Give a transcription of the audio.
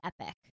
epic